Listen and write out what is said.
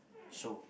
show